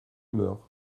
humeur